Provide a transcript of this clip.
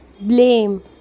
Blame